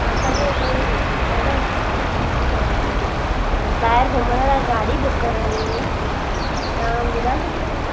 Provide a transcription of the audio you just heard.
असांखे भई आहे न ॿाहिरि घुमण लाइ गाॾी बुक करिणी हुई त तव्हां ॿुधाए सघंदा